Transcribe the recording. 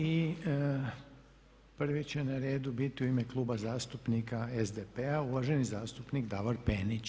I prvi će na redu biti u ime Kluba zastupnika SDP-a uvaženi zastupnik Davor Penić.